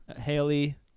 Haley